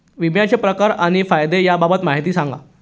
विम्याचे प्रकार आणि फायदे याबाबत माहिती सांगा